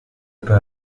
peu